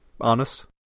honest